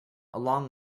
along